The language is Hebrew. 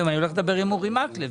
אני הולך לדבר עם אורי מקלב.